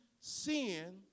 sin